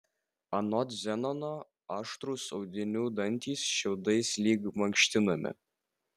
anot zenono aštrūs audinių dantys šiaudais lyg mankštinami